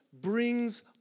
brings